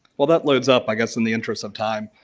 well, that loads up i guess in the interest of time.